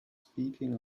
speaking